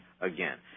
again